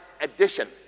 addition